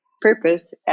purpose